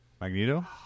magneto